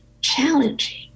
challenging